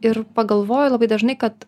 ir pagalvoju labai dažnai kad